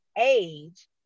age